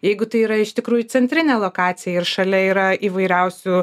jeigu tai yra iš tikrųjų centrinė lokacija ir šalia yra įvairiausių